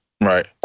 Right